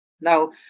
Now